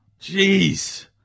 Jeez